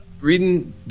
Reading